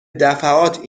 دفعات